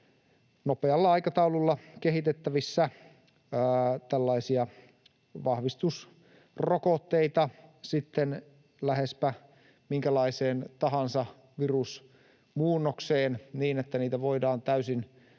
nopealla aikataululla kehitettävissä tällaisia vahvistusrokotteita lähes minkälaiseen virusmuunnokseen tahansa niin, että niitä voidaan täysin